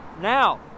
now